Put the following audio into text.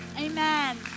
Amen